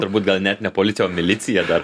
turbūt gal net ne policija o milicija dar